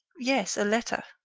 yes, a letter.